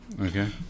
Okay